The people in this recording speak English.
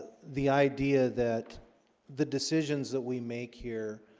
the idea that the decisions that we make here